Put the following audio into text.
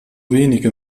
wenige